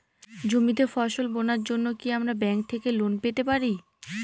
জমিতে ফসল বোনার জন্য কি আমরা ব্যঙ্ক থেকে লোন পেতে পারি?